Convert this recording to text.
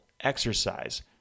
exercise